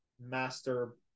master